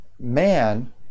Man